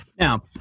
Now